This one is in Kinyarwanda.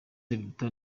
biruta